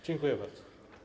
Dziękuję bardzo.